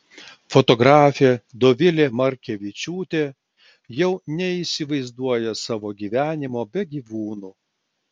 fotografė dovilė markevičiūtė jau neįsivaizduoja savo gyvenimo be gyvūnų